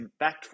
impactful